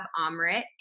Amrit